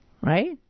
right